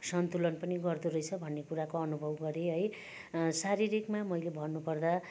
सन्तुलन पनि गर्दो रहेछ भन्ने कुराको अनुभव गरेँ है शारीरिकमा मैले भन्नुपर्दा